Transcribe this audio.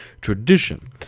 tradition